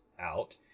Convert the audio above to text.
out